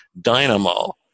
dynamo